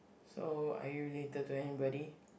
so are you related to anybody